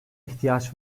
ihtiyaç